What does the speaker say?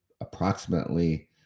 approximately